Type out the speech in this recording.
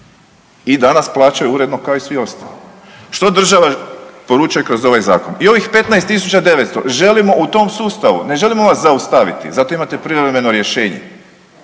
i danas plaćaju uredno kao i svi ostali. Što država poručuje kroz ovaj zakon? I ovih 15.900 želimo u tom sustavu, ne želimo vas zaustavit, zato imate privremeno rješenje